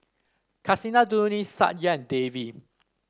Kasinadhuni Satya and Devi